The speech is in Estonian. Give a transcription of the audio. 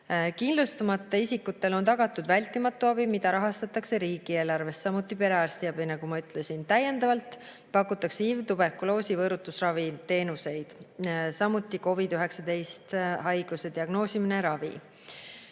Kindlustamata isikutele on tagatud vältimatu abi, mida rahastatakse riigieelarvest, samuti perearstiabi, nagu ma ütlesin. Täiendavalt pakutakse HIV‑, tuberkuloosi‑, võõrutusraviteenuseid, samuti COVID-19 haiguse diagnoosimist ja ravi.